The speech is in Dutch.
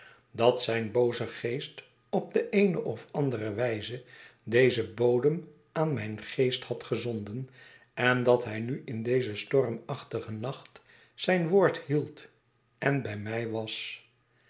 dat zijn booze geest op de eene ol andere wijze deze boden aan mijn geest had gezonden en dat hij nu in dezen stormachtigen nacht zijn woord hield en bij mij was